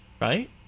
right